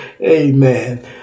amen